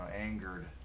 angered